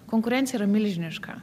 konkurencija yra milžiniška